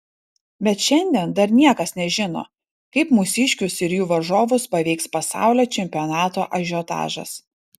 bet šiandien dar niekas nežino kaip mūsiškius ir jų varžovus paveiks pasaulio čempionato ažiotažas